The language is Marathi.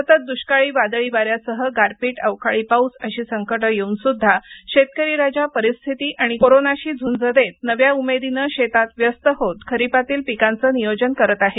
सतत दुष्काळ वादळी वाऱ्यासह गारपीट अवकाळी पाऊस अशी संकटे येवूनसुद्धा शेतकरी राजा परिस्थिती आणि कोरोनाशी झूंज देत नव्या उमेदीने शेतात व्यस्त होत खरिपातील पिकांचे नियोजन करीत आहे